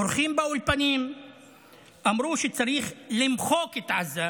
אורחים באולפנים אמרו שצריך למחוק את עזה,